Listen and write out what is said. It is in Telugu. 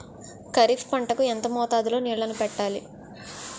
ఖరిఫ్ పంట కు ఎంత మోతాదులో నీళ్ళని పెట్టాలి?